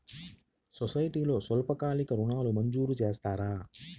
సొసైటీలో స్వల్పకాలిక ఋణాలు మంజూరు చేస్తారా?